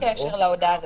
ללא קשר להודעה הזו.